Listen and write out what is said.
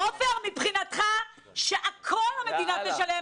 עופר, מבחינתך שהכול המדינה תשלם.